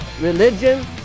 religion